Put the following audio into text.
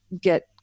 get